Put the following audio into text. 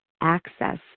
access